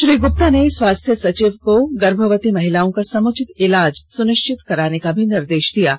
श्री गुप्ता ने स्वास्थ्य सचिव को गर्भवती महिलाओं का समुचित इलाज सुनिष्चित कराने का भी निर्देष दिया है